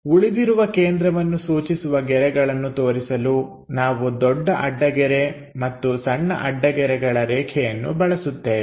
ಉಳಿದಿರುವ ಕೇಂದ್ರವನ್ನು ಸೂಚಿಸುವ ಗೆರೆಗಳನ್ನು ತೋರಿಸಲು ನಾವು ದೊಡ್ಡ ಅಡ್ಡಗೆರೆ ಮತ್ತು ಸಣ್ಣ ಅಡ್ಡಗೆರೆಗಳ ರೇಖೆಯನ್ನು ಬಳಸುತ್ತೇವೆ